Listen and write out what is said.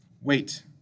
Wait